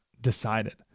decided